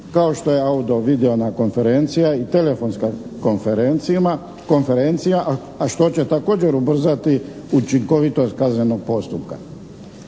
kao što je audio-videona konferencija i telefonska konferencija, a što će također ubrzati učinkovitost kaznenog postupka.